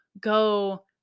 go